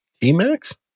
t-max